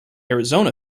arizona